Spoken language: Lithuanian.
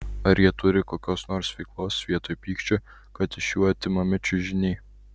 ar jie turi kokios nors veiklos vietoj pykčio kad iš jų atimami čiužiniai